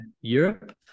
Europe